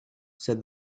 said